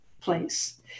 place